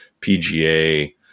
PGA